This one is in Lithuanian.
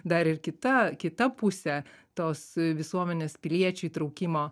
dar ir kita kita pusė tos visuomenės piliečių įtraukimo